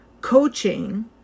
coaching